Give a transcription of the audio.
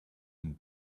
and